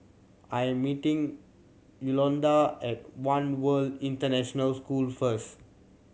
I am meeting Yolonda at One World International School first